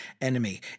enemy